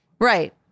Right